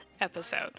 episode